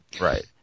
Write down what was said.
right